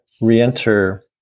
re-enter